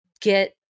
get